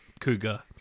cougar